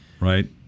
Right